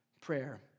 prayer